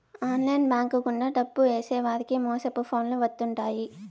online bank గుండా డబ్బు ఏసేవారికి మోసపు ఫోన్లు వత్తుంటాయి